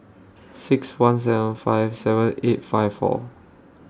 six one seven five seven eight five four